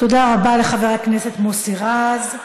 תודה רבה לחבר הכנסת מוסי רז.